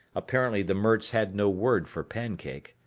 apparently the merts had no word for pancake.